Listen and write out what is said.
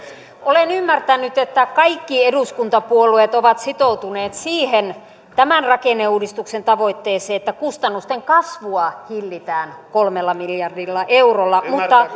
olen ymmärtänyt että kaikki eduskuntapuolueet ovat sitoutuneet siihen tämän rakenneuudistuksen tavoitteeseen että kustannusten kasvua hillitään kolmella miljardilla eurolla